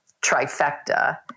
trifecta